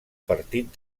partit